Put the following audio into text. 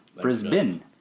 brisbane